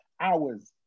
Hours